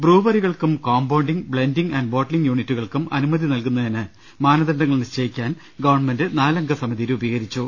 ബ്രൂവറികൾക്കും compounding blending and bottling യൂണിറ്റുകൾക്കും അനുമതി നൽകുന്നതിന് മാനദണ്ഡങ്ങൾ നിശ്ചയിക്കാൻ ഗവൺമെന്റ് നാലംഗ സമിതി രൂപീകരിച്ചു